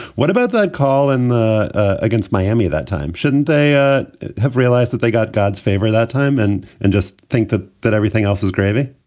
what about that call in against miami that time? shouldn't they ah have realized that they got god's favor that time and and just think that that everything else is gravy?